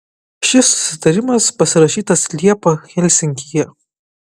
šis susitarimas pasirašytas liepą helsinkyje